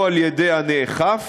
או על-ידי הנאכף,